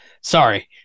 Sorry